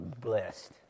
blessed